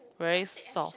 very soft